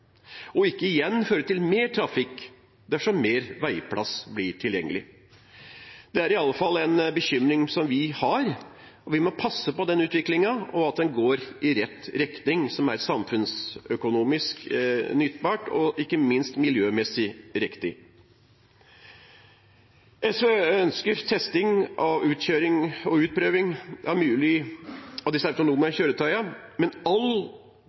en bekymring som vi har. Vi må passe på den utviklingen, at den går i rett retning, en retning som er samfunnsøkonomisk nyttbar og ikke minst miljømessig riktig. SV ønsker testing og utprøving av disse autonome kjøretøyene, men all